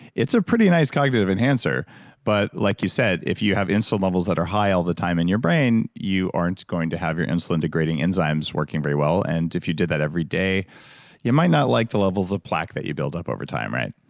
it's a pretty nice cognitive enhancer but like you said, if you have insulin levels that are high all the time in your brain, you aren't going to have your insulindegrading enzymes working very well. and if you did that every day you might not like the levels of plaque that you build up over time, right?